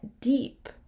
deep